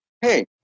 hey